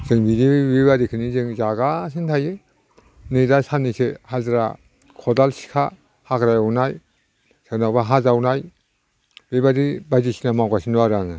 जों बेबादिखौनो जों जागासिनो थायो नै दा साननैसो हाजिरा खदाल सिखा हाग्रा एवनाय सोरनावबा हा जावनाय बेबायदि बायदिसिना मावगासिनो दं आरो आङो